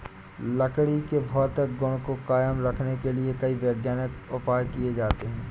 लकड़ी के भौतिक गुण को कायम रखने के लिए कई वैज्ञानिक उपाय किये जाते हैं